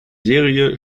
serie